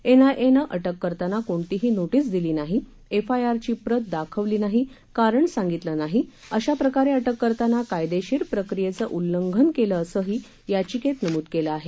एनआयएनं अटक करताना कोणतीही नोटीस दिली नाही एफआयआरची प्रत दाखवली नाही कारण सांगितलं नाही अशा प्रकारे अटक करताना कायदेशीर प्रक्रियेचं उल्लंघन केलं असंही याचिकेत नमूद केलं आहे